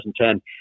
2010